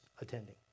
attending